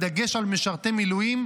בדגש על משרתי מילואים,